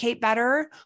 better